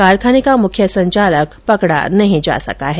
कारखाने का मुख्य संचालक पकडा नहीं जा सका है